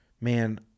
man